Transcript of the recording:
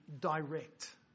direct